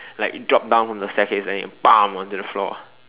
like it dropped down from the staircase then it baam onto the floor